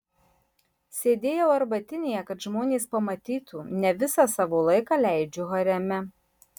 sėdėjau arbatinėje kad žmonės pamatytų ne visą savo laiką leidžiu hareme